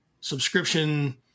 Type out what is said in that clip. subscription